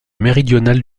méridional